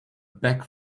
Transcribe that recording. back